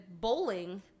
Bowling